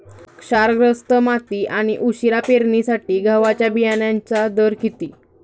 क्षारग्रस्त माती आणि उशिरा पेरणीसाठी गव्हाच्या बियाण्यांचा दर किती?